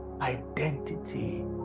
Identity